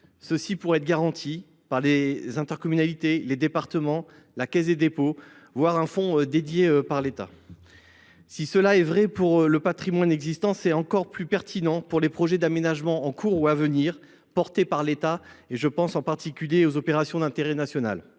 Cela pourrait être garanti par les intercommunalités, les départements, la Caisse des dépôts et consignations, voire un fonds dédié par l’État. Si cela est vrai pour le patrimoine existant, c’est encore plus pertinent pour les projets d’aménagement en cours ou à venir voulus par l’État ; je pense en particulier aux opérations d’intérêt national.